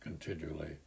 continually